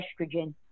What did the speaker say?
estrogen